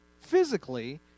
physically